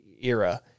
era